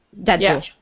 Deadpool